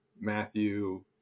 Matthew